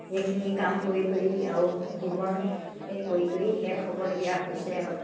এইখিনি কাম কৰি কৰি আৰু জীৱন কৰি কৰি শেষ হ'বলগীয়া হৈছে আৰু